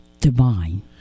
divine